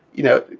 you know,